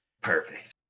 Perfect